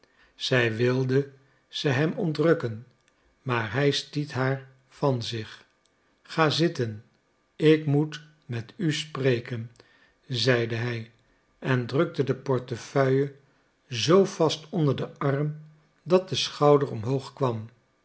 zij wilde ze hem ontrukken maar hij stiet haar van zich ga zitten ik moet met u spreken zeide hij en drukte de portefeuille zoo vast onder den arm dat de schouder omhoog kwam